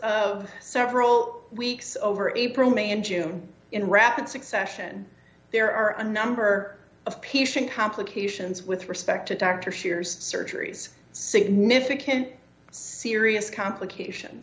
of several weeks over april may and june in rapid succession there are a number of piecing complications with respect to dr shears surgeries significant serious complication